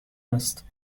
است